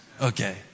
Okay